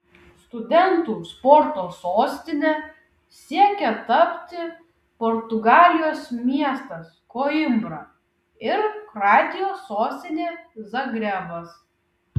studentų sporto sostine siekia tapti portugalijos miestas koimbra ir kroatijos sostinė zagrebas